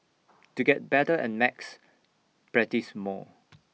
to get better at maths practise more